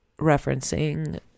referencing